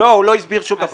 הוא לא הסביר שום דבר.